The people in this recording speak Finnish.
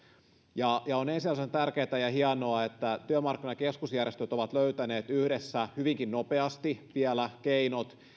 ja ja on ensiarvoisen tärkeätä ja hienoa että työmarkkinakeskusjärjestöt ovat löytäneet yhdessä hyvinkin nopeasti vielä keinot